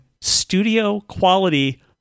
studio-quality